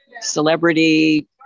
celebrity